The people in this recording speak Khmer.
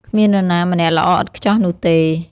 គ្មាននរណាម្នាក់ល្អឥតខ្ចោះនោះទេ។